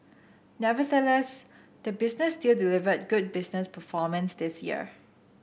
nevertheless the business still delivered good business performance this year